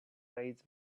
raised